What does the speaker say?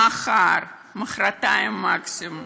מחר, מחרתיים מקסימום,